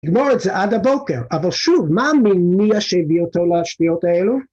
נגמור את זה עד הבוקר, אבל שוב, מה המניע שהביא אותו לשניות האלו?